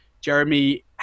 Jeremy